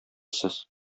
сез